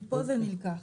מפה זה נלקח.